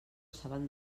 saben